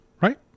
right